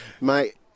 mate